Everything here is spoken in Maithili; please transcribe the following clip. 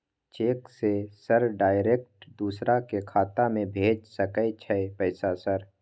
चेक से सर डायरेक्ट दूसरा के खाता में भेज सके छै पैसा सर?